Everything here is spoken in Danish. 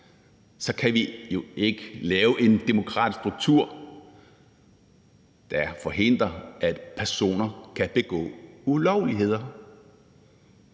så kan vi jo ikke lave en demokratisk struktur, der forhindrer, at personer kan begå ulovligheder.